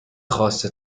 خاص